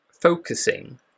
focusing